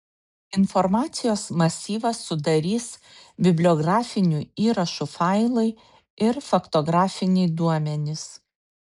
informacijos masyvą sudarys bibliografinių įrašų failai ir faktografiniai duomenys